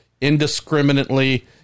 indiscriminately